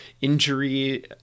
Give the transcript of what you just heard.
injury